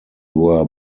were